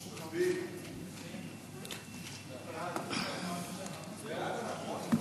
ההצעה להעביר את הצעת חוק ההוצאה לפועל (תיקון מס' 49)